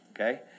okay